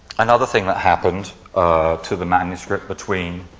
another thing that happened to the manuscript between